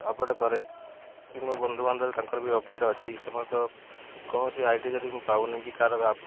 update କରେ କି ମୋ ବନ୍ଧୁବାନ୍ଧବ ତାଙ୍କର ବି ଅପଡ଼େଟ୍ ଅଛି ସମସ୍ତଙ୍କ କୌଣସି ଆଇ ଡ଼ି ଯଦି ମୁଁ ପାଉନି କି କାହାର